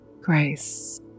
Grace